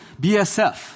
BSF